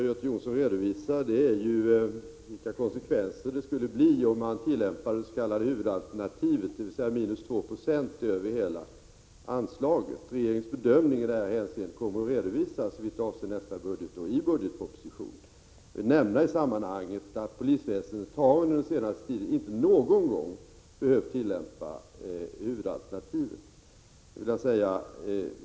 Herr talman! Göte Jonsson redovisar vilka konsekvenser det skulle bli om man tillämpade det s.k. huvudalternativet, minus 2 96, över hela anslaget. Regeringens bedömning i detta hänseende kommer att redovisas i budgetpropositionen såvitt avser nästa budgetår. Jag vill nämna i sammanhanget att polisväsendet under den senaste tiden inte någon gång behövt tillämpa huvudalternativet.